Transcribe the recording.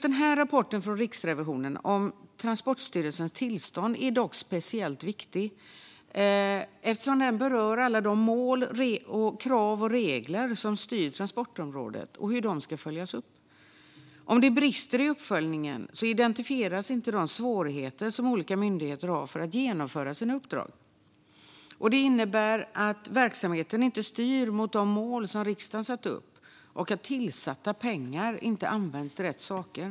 Denna rapport från Riksrevisionen om Transportstyrelsens tillsyn är dock speciellt viktig eftersom den berör alla mål, krav och regler som styr transportområdet och hur dessa ska följas upp. Om det brister i uppföljningen identifieras inte de svårigheter som olika myndigheter har i genomförandet av sina uppdrag. Det innebär att verksamheten inte styr mot de mål som riksdagen har satt upp och att pengar som skjutits till inte används till rätt saker.